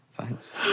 Thanks